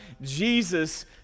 Jesus